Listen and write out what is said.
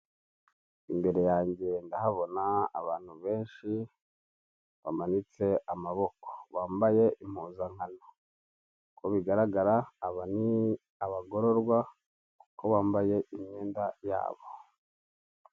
Imbere yange ndahabona abantu benshi, bamanitse amaboko bambaye impuzankano, uko bigaragara aba ni abagororwa kuko bambaye imyenda yabo.